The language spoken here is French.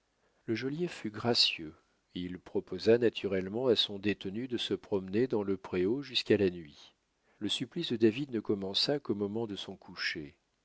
le geôlier fut gracieux il proposa naturellement à son détenu de se promener dans le préau jusqu'à la nuit le supplice de david ne commença qu'au moment de son coucher